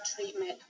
treatment